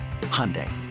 Hyundai